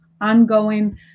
ongoing